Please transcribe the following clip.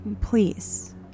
please